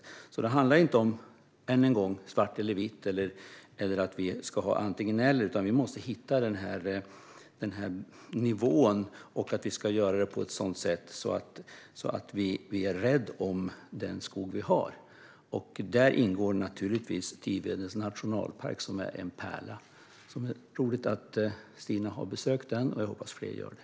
Än en gång: Det handlar inte om svart eller vitt eller att vi ska ha antingen eller, utan vi måste hitta nivån och göra det på ett sådant sätt att vi är rädda om den skog vi har. Där ingår naturligtvis Tivedens nationalpark som är en pärla. Det är roligt att Stina har besökt den, och jag hoppas att fler gör det.